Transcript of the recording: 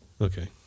okay